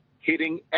hitting